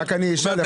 אני אשאל,